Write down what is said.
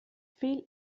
viel